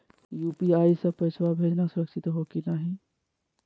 UPI स पैसवा भेजना सुरक्षित हो की नाहीं?